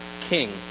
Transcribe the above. king